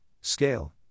scale